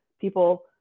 people